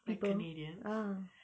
people ah